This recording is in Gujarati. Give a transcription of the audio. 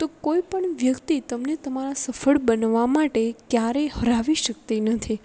તો કોઈ પણ વ્યક્તિ તમને તમારા સફળ બનવા માટે ક્યારેય હરાવી શકતી નથી